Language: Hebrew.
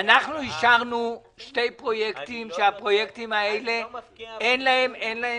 אנחנו אישרנו שני פרויקטים שאין להם אישור?